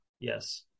Yes